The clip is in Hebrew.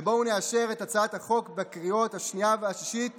ובואו נאשר את הצעת החוק בקריאה השנייה והשלישית